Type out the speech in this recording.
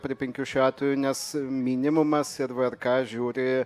prie penkių šiuo atveju nes minimumas ir vrk žiūri